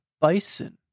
bison